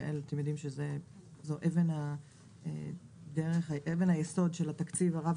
שאתם יודעים שזו אבן היסוד של התקציב הרב